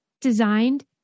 designed